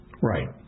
Right